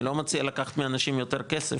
אני לא מציע לקחת מאנשים יותר כסף,